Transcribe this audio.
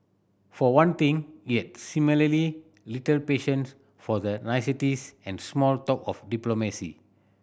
for one thing he had little patience for the niceties and small talk of diplomacy